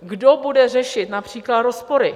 Kdo bude řešit například rozpory?